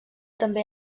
també